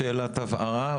השאלה ברורה.